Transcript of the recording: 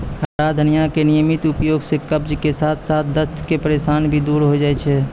हरा धनिया के नियमित उपयोग सॅ कब्ज के साथॅ साथॅ दस्त के परेशानी भी दूर होय जाय छै